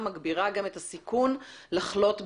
מגבירה גם את הסיכוי לחלות בקורונה.